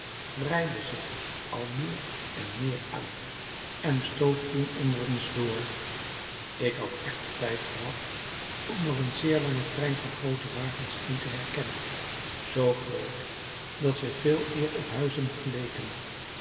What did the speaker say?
breidde zich al meer en meer uit en stoof toen onder ons door ik had echter tijd gehad om er een zeer langen trein van groote wagens in te herkennen zoo groot dat zij veeleer op huizen geleken